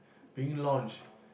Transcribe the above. being launch